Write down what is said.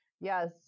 yes